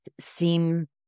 seem